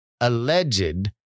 alleged